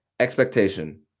Expectation